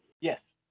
Yes